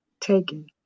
taken